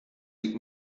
liegt